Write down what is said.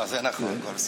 זה נכון.